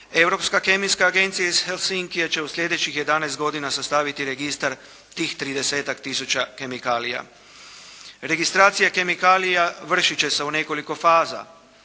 Europska kemijska agencija iz Helsinkija će u slijedećih jedanaest godina staviti registar tih tridesetak tisuća kemikalija. Registracija kemikalija vršit će se u nekoliko faza,